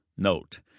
Note